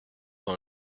dans